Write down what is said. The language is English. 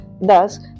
Thus